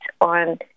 on